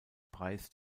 preis